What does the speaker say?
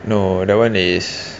no that [one] is